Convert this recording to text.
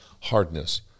hardness